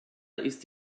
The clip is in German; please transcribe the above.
ist